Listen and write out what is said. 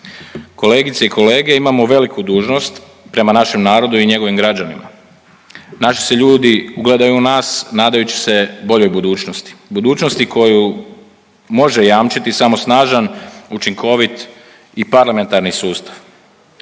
Kolegice i kolege, imamo veliku dužnost prema našem narodu i njegovim građanima. Naši se ljudi ugledaju u nas nadajući se boljoj budućnosti, budućnosti koju može jamčiti samo snažan, učinkovit i parlamentarni sustav.